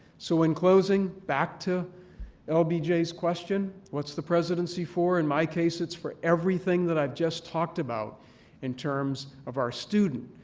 so, in closing, back to and lbj's question. what's the presidency for? in my case, it's for everything that i've just talked about in terms of our student,